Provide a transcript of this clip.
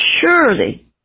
surely